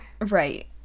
Right